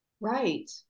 Right